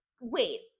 wait